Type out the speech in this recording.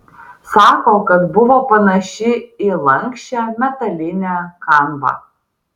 sako kad buvo panaši į lanksčią metalinę kanvą